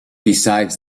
besides